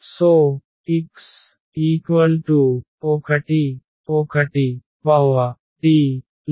So x11T